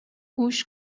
گوش